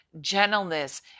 gentleness